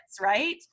Right